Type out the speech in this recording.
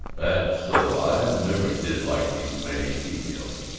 that's so. i never did like these mannish females.